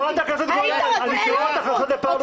אני קורא אותך לסדר בפעם הראשונה.